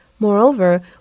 Moreover